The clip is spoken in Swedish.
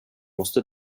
måste